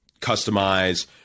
customize